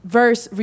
verse